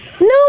No